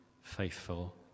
faithful